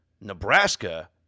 Nebraska –